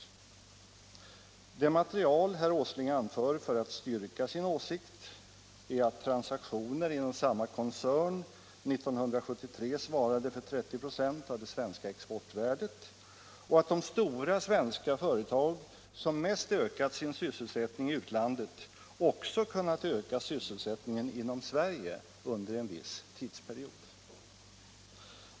Det material herr Åsling anför för att styrka sin åsikt är att transaktioner inom samma koncern 1973 svarade för 30 96 av det svenska exportvärdet och att de stora svenska företag som mest ökat sin sysselsättning i utlandet också kunnat öka sysselsättningen inom Sverige under en viss tidsperiod.